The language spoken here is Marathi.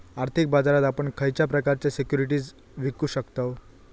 आर्थिक बाजारात आपण खयच्या प्रकारचे सिक्युरिटीज विकु शकतव?